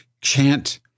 chant